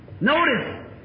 notice